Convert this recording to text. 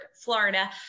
Florida